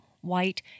white